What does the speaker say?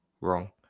wrong